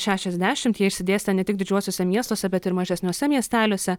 šešiasdešimt jie išsidėstę ne tik didžiuosiuose miestuose bet ir mažesniuose miesteliuose